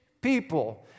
people